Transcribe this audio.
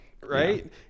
right